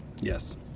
yes